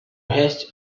rest